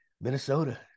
Minnesota